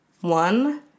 one